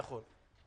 נכון.